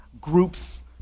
group's